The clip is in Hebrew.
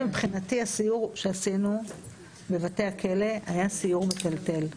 מבחינתי הסיור שעשינו בבתי הכלא היה סיור מטלטל.